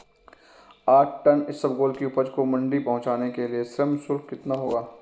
आठ टन इसबगोल की उपज को मंडी पहुंचाने के लिए श्रम शुल्क कितना होगा?